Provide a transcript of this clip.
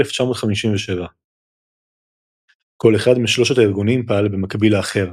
1957. כל אחד משלושת הארגונים פעל במקביל לאחר,